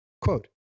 Quote